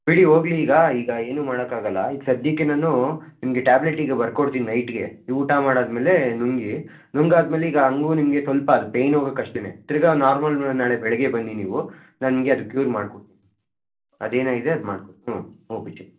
ಬಿಡಿ ಹೋಗ್ಲಿ ಈಗ ಈಗ ಏನು ಮಾಡಕ್ಕಾಗಲ್ಲ ಈಗ ಸದ್ಯಕ್ಕೆ ನಾನು ನಿಮಗೆ ಟ್ಯಾಬ್ಲೆಟ್ ಈಗ ಬರ್ಕೊಡ್ತೀನಿ ನೈಟ್ಗೆ ಊಟ ಮಾಡಾದ್ಮೇಲೆ ನುಂಗಿ ನುಂಗಾದ್ಮೇಲೆ ಈಗ ಹಂಗೂ ನಿಮಗೆ ಸ್ವಲ್ಪ ಅದು ಪೈನು ಹೋಗೋಕ್ ಅಷ್ಟೆ ತಿರ್ಗಿ ನಾರ್ಮಲ್ ನಾಳೆ ಬೆಳಗ್ಗೆ ಬನ್ನಿ ನೀವು ನಾನು ನಿಮಗೆ ಅದು ಕ್ಯೂರ್ ಮಾಡ್ಕೊಡ್ತೀನಿ ಅದೇನಾಗಿದೆ ಅದು ಮಾಡ್ಕೊಡ್ತೀನಿ ಹ್ಞೂ ಹ್ಞೂ